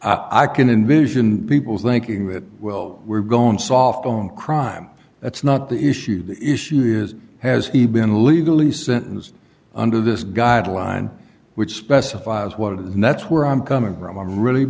i can envision people thinking that well we're going soft on crime that's not the issue the issue is has he been legally sentenced under this guideline which specifies what and that's where i'm coming from i'm really